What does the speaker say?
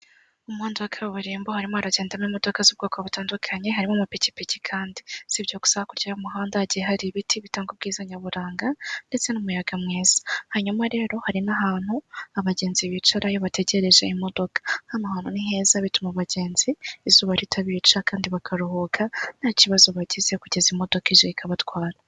Umuhanda wa kaburimbo, harimo agagendamo imodoka z'ubwoko butandukanye, harimo amapikipiki kandi, sibyo gusa ,hakurya y'umuhanda hagiye hari ibiti bitanga ubwiza nyaburanga, ndetse n'umuyaga mwiza ,hanyuma rero hari n'ahantu abagenzi bicara iyo bategereje imodoka, hano hantu ni heza bituma abagenzi izuba ritabica ,kandi bakaruhuka nta kibazo bagize kugeza imodoka ije ikabatwara.